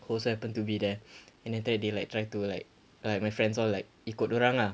also happened to be there and then after that they like trying to like like my friends all like ikut dia orang ah